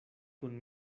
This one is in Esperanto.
kun